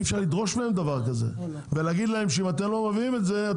אי אפשר לדרוש מהם דבר כזה וגם לומר להם שאם הם לא ימציאו את זה,